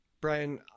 Brian